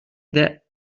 that